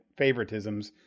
favoritisms